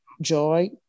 joy